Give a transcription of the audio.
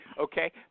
Okay